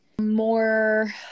more